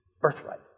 birthright